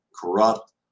corrupt